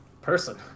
person